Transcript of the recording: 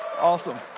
awesome